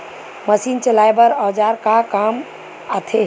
Machine चलाए बर औजार का काम आथे?